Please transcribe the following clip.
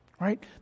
right